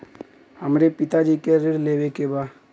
हमरे पिता जी के ऋण लेवे के बा?